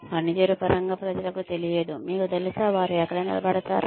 పనితీరు పరంగా ప్రజలకు తెలియదు మీకు తెలుసా వారు ఎక్కడ నిలబడతారో